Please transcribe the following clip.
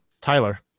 Tyler